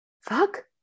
fuck